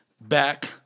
back